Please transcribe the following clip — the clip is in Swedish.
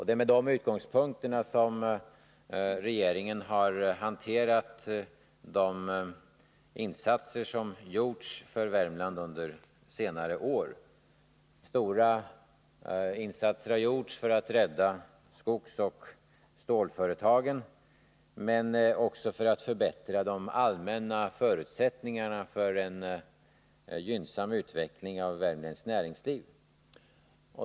Det är med dessa utgångspunkter som regeringen har bedömt insatserna för Värmland under senare år. Det har gjorts stora insatser för att rädda skogsoch stålföretagen men också för att förbättra de allmänna förutsättningarna för en gynnsam utveckling av värmländskt näringsliv.